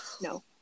no